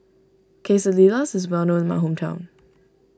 Quesadillas is well known in my hometown